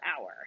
hour